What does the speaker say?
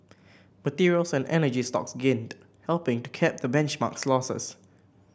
materials and energy stocks gained helping to cap the benchmark's losses